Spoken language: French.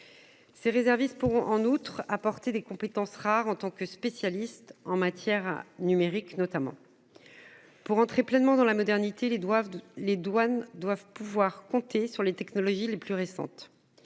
Ces réservistes pourront en outre apporter des compétences rares en tant que spécialiste en matière numérique notamment. Pour entrer pleinement dans la modernité les doivent les douanes doivent pouvoir compter sur les technologies les plus récentes.